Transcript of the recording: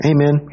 Amen